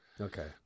Okay